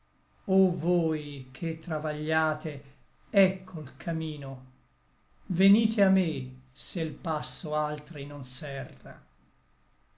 o voi che travagliate ecco l camino venite a me se l passo altri non serra